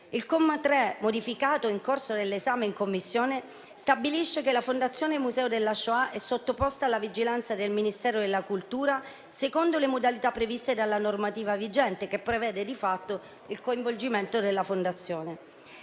Il comma 3, modificato nel corso dell'esame in Commissione, stabilisce che la Fondazione Museo della Shoah è sottoposta alla vigilanza del Ministero della cultura secondo le modalità previste dalla normativa vigente, che prevede di fatto il coinvolgimento della Fondazione.